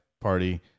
party